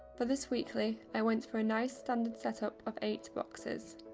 for this weekly i went for a nice standard set up of eight boxes.